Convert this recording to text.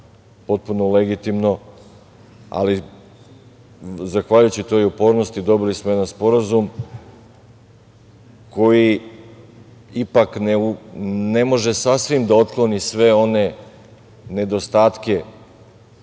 potpuno legitimno. Ali, zahvaljujući toj upornosti, dobili smo jedan sporazum koji ipak ne može sasvim da otkloni sve one nedostatke